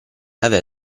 aver